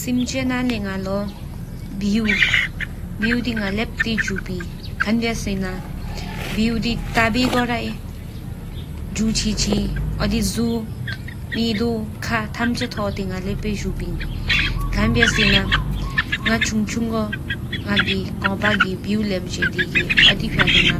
སེམས་ཆེད་ནང་ལེས་ན་གློག་ སེམས་ཆེད་བེའུ་ དེ་ང་ཆལ་བེན་ར་མེན་ཅིག། ཁངས་པེ་སེ་ན་བེའུ་ དེ་ཏ་བི་གོང་ཡ་འཇུ་ཅི་ཅི་ཧེ་འོ་དི་ཁ་མུ་དོ་ཐོ་ང་ཏི། ཁངས་པ་ཡ་སེ་ན་ ང་ཆུང་ཆུང་བོ་ཀོ་པ་གི་བེའུ་ལེམ་ཤེས་ དི་གི་འོ་དི་ ཕྱ་ཏི་ཐ་ཐོ་ཡ་འགྱུ་དི། ང་ཅི་ལན་མི་ཁོ་ཕོ་བོ་ཀོ་ཕོ་ཅི་